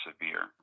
severe